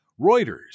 Reuters